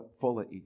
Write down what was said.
Fuller